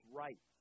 right